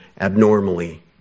abnormally